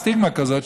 הסטיגמה כזאת,